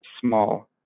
small